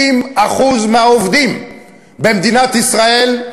50% מהעובדים במדינת ישראל,